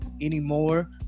anymore